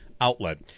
outlet